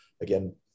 again